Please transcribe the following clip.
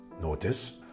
Notice